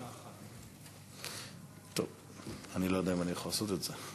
בשעה 13:00. אני לא יודע אם אני יכול לעשות את זה.